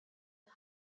the